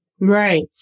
Right